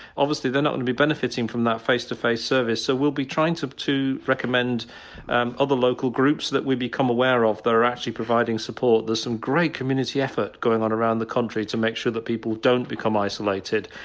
obviously they're not going to be benefiting from that face-to-face service so, we'll be trying to to recommend other local groups that we become aware of that are actually providing support, there's some great community effort going on around the country to make sure that people don't become isolated.